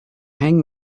hang